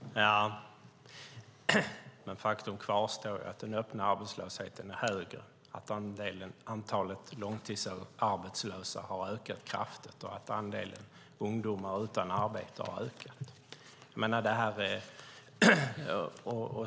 Fru talman! Faktum kvarstår att den öppna arbetslösheten är högre, antalet långtidsarbetslösa har ökat kraftigt och att andelen ungdomar utan arbete har ökat.